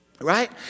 right